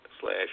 slash